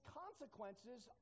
consequences